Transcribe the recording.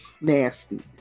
nasty